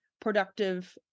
productive